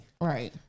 Right